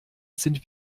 sind